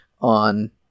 on